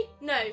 No